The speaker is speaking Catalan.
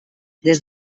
des